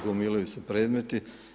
Gomilaju se predmeti.